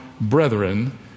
Brethren